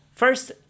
First